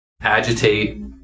agitate